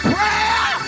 Prayer